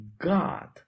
God